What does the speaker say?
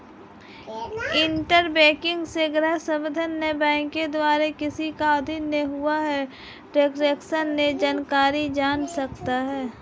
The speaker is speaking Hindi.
इंटरनेट बैंकिंग से ग्राहक संबंधित बैंक द्वारा किसी अवधि में हुए ट्रांजेक्शन की जानकारी जान सकता है